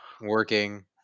working